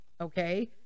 Okay